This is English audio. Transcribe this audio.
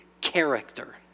character